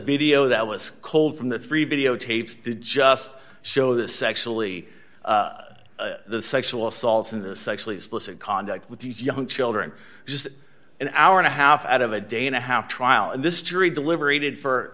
video that was cold from the three videotapes just show the sexually the sexual assaults in the sexually explicit conduct with these young children just an hour and a half out of a day and a half trial in this jury deliberated for